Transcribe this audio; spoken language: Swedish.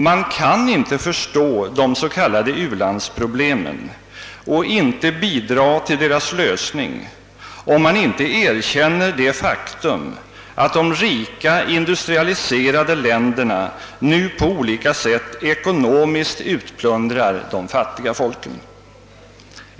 Man kan inte förstå de s.k. u-landsproblemen och inte bidra till deras lösning om man inte erkänner det faktum att de rika, industrialiserade länderna nu på olika sätt ekonomiskt utplundrar de fattiga folken.